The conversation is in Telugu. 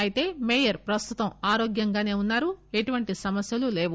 అయితే మేయర్ ప్రస్తుతం ఆరోగ్యంగానే ఉన్నారు ఎటువంటి సమస్యలు లేవు